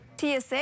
TSA